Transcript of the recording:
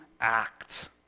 act